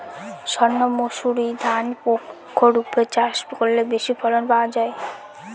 সর্ণমাসুরি ধান প্রক্ষরিপে চাষ করলে বেশি ফলন পাওয়া যায়?